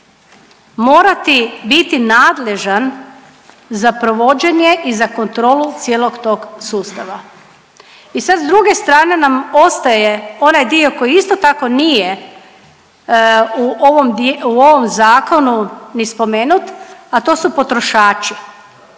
morati biti nadležan za provođenje i za kontrolu cijelog tog sustava. I sad s druge strane nam ostaje onaj dio koji isto tako nije u ovom, u ovom zakonu ni spomenut, a to je potrošači